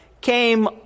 came